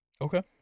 Okay